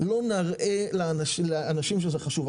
לא נראה לאנשים שזה חשוב.